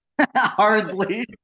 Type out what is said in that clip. Hardly